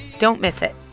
don't miss it.